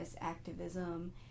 activism